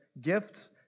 Gifts